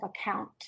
account